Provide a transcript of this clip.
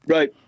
Right